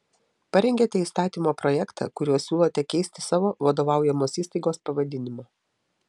parengėte įstatymo projektą kuriuo siūlote keisti savo vadovaujamos įstaigos pavadinimą